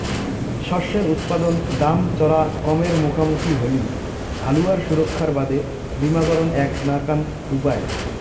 শস্যের উৎপাদন দাম চরা কমের মুখামুখি হলি হালুয়ার সুরক্ষার বাদে বীমাকরণ এ্যাক নাকান উপায়